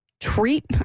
Treat